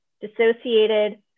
dissociated